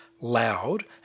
loud